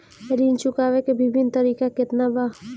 ऋण चुकावे के विभिन्न तरीका केतना बा?